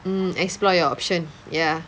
mm explore your options ya